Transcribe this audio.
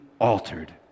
altered